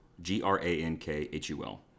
G-R-A-N-K-H-U-L